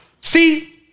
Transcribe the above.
See